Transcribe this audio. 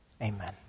Amen